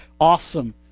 awesome